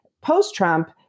Post-Trump